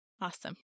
Awesome